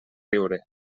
riure